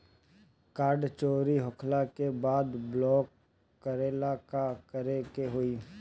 Card चोरी होइला के बाद ब्लॉक करेला का करे के होई?